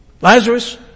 Lazarus